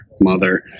mother